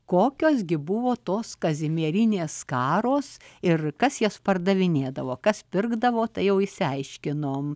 kokios gi buvo tos kazimierinės skaros ir kas jas pardavinėdavo kas pirkdavo tai jau išsiaiškinome